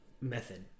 method